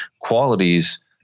qualities